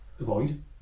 avoid